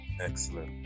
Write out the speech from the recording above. Excellent